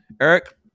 Eric